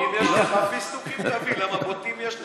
אם יש לך פיסטוקים, תביא, למה בוטנים יש לנו.